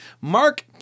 Mark